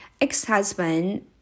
ex-husband